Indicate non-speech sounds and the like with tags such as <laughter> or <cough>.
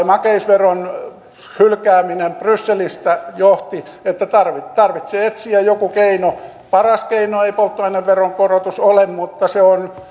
<unintelligible> makeisveron hylkääminen brysselissä johti että tarvitsee etsiä joku keino paras keino ei polttoaineveron korotus ole mutta se on <unintelligible>